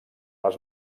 les